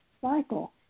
cycle